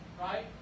right